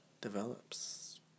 develops